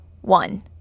one